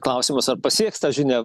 klausimas ar pasieks tą žinią